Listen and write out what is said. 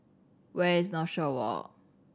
where is Northshore Walk